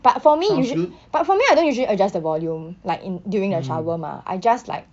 but for me usually but for me I don't usually adjust the volume like in during the shower mah I just like